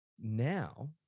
Now